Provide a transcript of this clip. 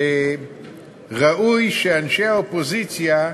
ראוי שאנשי האופוזיציה,